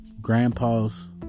grandpas